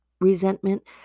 resentment